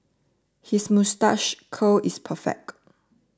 his moustache curl is perfect